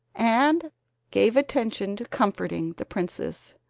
and gave attention to comforting the princess.